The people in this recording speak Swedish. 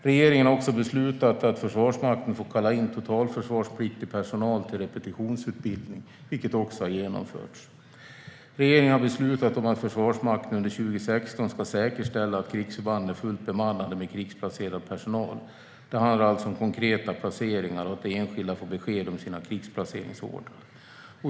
Regeringen har också beslutat att Försvarsmakten får kalla in totalförsvarspliktig personal till repetitionsutbildning, vilket också har genomförts. Regeringen har beslutat om att Försvarsmakten under 2016 ska säkerställa att krigsförband är fullt bemannade med krigsplacerad personal. Det handlar om konkreta placeringar och att enskilda får besked om sina krigsplaceringsorder.